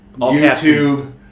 YouTube